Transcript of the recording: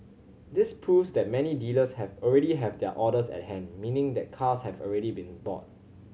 this proves that many dealers have already have their orders at hand meaning that cars have already been bought